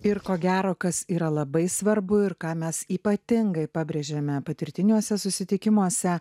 ir ko gero kas yra labai svarbu ir ką mes ypatingai pabrėžėme patirtiniuose susitikimuose